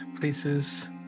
places